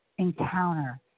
encounter